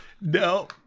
No